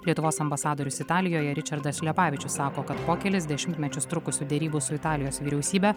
lietuvos ambasadorius italijoje ričardas šlepavičius sako kad po kelis dešimtmečius trukusių derybų su italijos vyriausybe